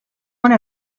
one